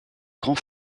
grand